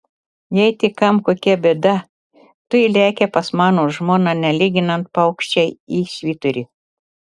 jei tik kam kokia bėda tuoj lekia pas mano žmoną nelyginant paukščiai į švyturį